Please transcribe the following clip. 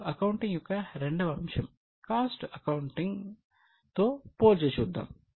ఇప్పుడు అకౌంటింగ్ యొక్క రెండవ అంశం కాస్ట్ అకౌంటింగ్ తో పోల్చి చూద్దాం